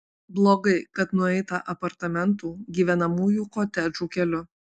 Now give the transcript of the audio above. blogai kad nueita apartamentų gyvenamųjų kotedžų keliu